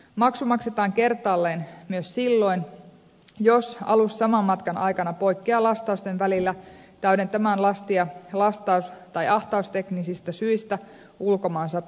maksu maksetaan kertaalleen myös silloin jos alus saman matkan aikana poikkeaa lastausten välillä täydentämään lastia lastaus tai ahtausteknisistä syistä ulkomaan satamassa